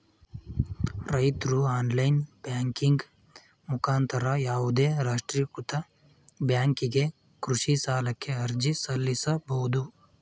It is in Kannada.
ರೈತ್ರು ಆನ್ಲೈನ್ ಬ್ಯಾಂಕಿಂಗ್ ಮುಖಾಂತರ ಯಾವುದೇ ರಾಷ್ಟ್ರೀಕೃತ ಬ್ಯಾಂಕಿಗೆ ಕೃಷಿ ಸಾಲಕ್ಕೆ ಅರ್ಜಿ ಸಲ್ಲಿಸಬೋದು